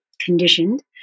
conditioned